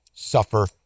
suffer